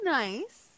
nice